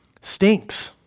stinks